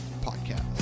podcast